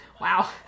wow